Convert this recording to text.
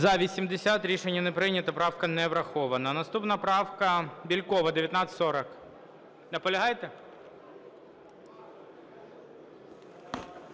За-80 Рішення не прийнято. Правка не врахована. Наступна правка Бєлькова, 1940. Наполягаєте?